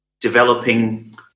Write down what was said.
developing